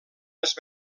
les